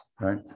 right